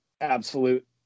Absolute